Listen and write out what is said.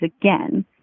again